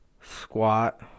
squat